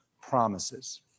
promises